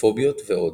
בפוביות ועוד.